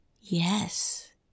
Yes